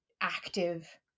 active